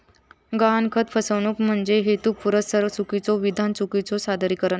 गहाणखत फसवणूक म्हणजे हेतुपुरस्सर चुकीचो विधान, चुकीचो सादरीकरण